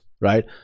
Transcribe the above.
right